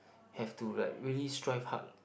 have to like really strive hard